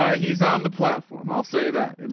ah he's on the platform. i'll say that. and